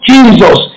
Jesus